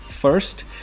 First